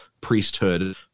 priesthood